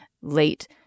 late